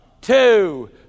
two